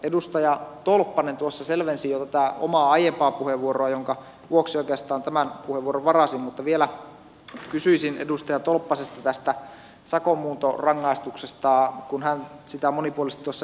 edustaja tolppanen selvensi jo tätä omaa aiempaa puheenvuoroaan jonka vuoksi oikeastaan tämän puheenvuoron varasin mutta vielä kysyisin edustaja tolppaselta tästä sakon muuntorangaistuksesta kun hän sitä monipuolisesti esitteli